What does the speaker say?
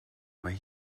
mae